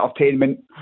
entertainment